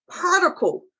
particle